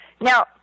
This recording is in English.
Now